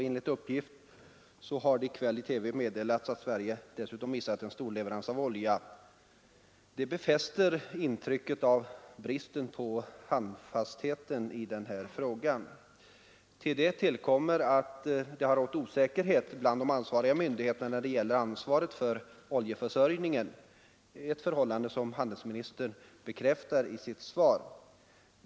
Enligt uppgift har det i kväll i TV meddelats att Sverige dessutom missat en stor leverans av olja. Det befäster intrycket av brist på handfasthet i den här frågan. Därtill kommer att det har rått osäkerhet bland de ansvariga myndigheterna i fråga om ansvaret för oljeförsörjningen — ett förhållande som handelsministern bekräftar i sitt svar.